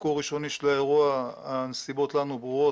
מתחקור ראשוני של האירוע הנסיבות לא היו ברורות,